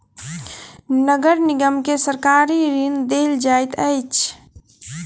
नगर निगम के सरकारी ऋण देल जाइत अछि